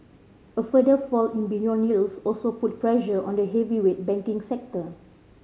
a further fall in beyond yields also put pressure on the heavyweight banking sector